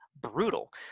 Brutal